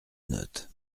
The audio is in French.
note